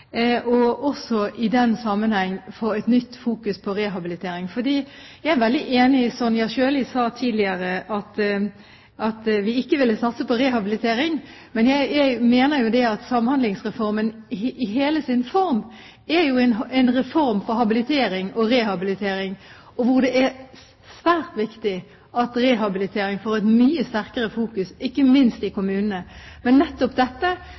og også i den sammenheng få et nytt fokus på rehabilitering. Sonja Sjøli sa tidligere at vi ikke ville satse på rehabilitering, men jeg mener jo at Samhandlingsreformen i hele sin form er en reform for habilitering og rehabilitering, hvor det er svært viktig at rehabilitering blir mye sterkere fokusert, ikke minst i kommunene. Nettopp